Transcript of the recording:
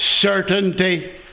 certainty